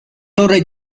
torre